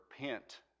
repent